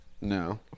No